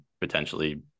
potentially